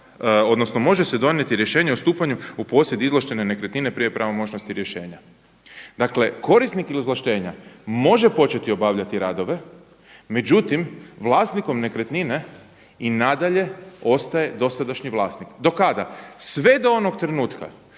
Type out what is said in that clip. odnosno može se donijeti rješenje o stupanju u posjed izvlaštene nekretnine prije pravomoćnosti izvlaštenja. Dakle korisnik izvlaštenja može početi obavljati radove međutim vlasnikom nekretnine i nadalje ostaje dosadašnji vlasnik. Do kada? Sve do onog trenutka